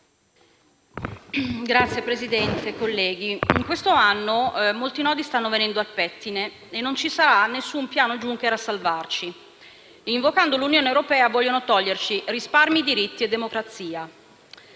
Signor Presidente, colleghi, in questo anno molti nodi stanno venendo al pettine e non ci sarà nessun piano Juncker a salvarci. Invocando l'Unione europea vogliono toglierci risparmi, diritti e democrazia.